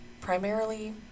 primarily